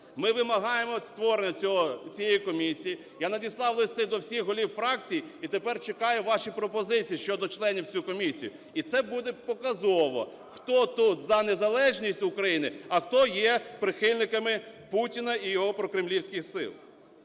Ми вимагаємо створення цієї комісії. Я надіслав листи до всіх голів фракцій і тепер чекаю ваші пропозиції щодо членів у цю комісію. І це буде показово, хто тут за незалежність України, а хто є прихильниками Путіна і його прокремлівських сил.